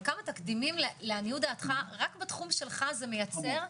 כמה תקדימים לעניות דעתך רק בתחום שלך זה מייצר?